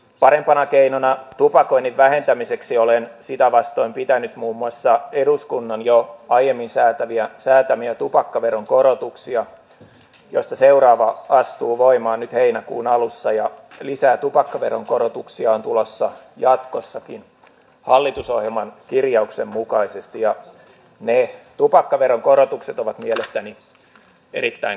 parempana keinona tupakoinnin vähentämiseksi olen sitä vastoin pitänyt muun muassa eduskunnan jo aiemmin säätämiä tupakkaveron korotuksia joista seuraava astuu voimaan nyt heinäkuun alussa ja lisää tupakkaveron korotuksia on tulossa jatkossakin hallitusohjelman kirjauksen mukaisesti ja ne tupakkaveron korotukset ovat mielestäni erittäin kannatettavia